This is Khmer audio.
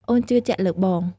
អូនជឿជាក់លើបង។